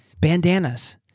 bandanas